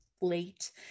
late